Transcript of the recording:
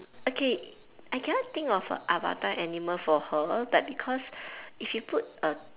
okay I cannot think of a avatar animal for her but because if you put a